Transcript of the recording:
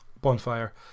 bonfire